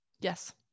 Yes